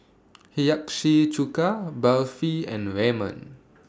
Hiyashi Chuka Barfi and Ramen